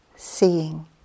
seeing